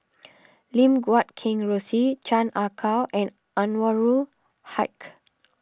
Lim Guat Kheng Rosie Chan Ah Kow and Anwarul Haque